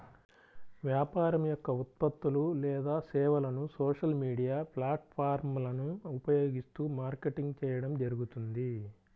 వ్యాపారం యొక్క ఉత్పత్తులు లేదా సేవలను సోషల్ మీడియా ప్లాట్ఫారమ్లను ఉపయోగిస్తూ మార్కెటింగ్ చేయడం జరుగుతుంది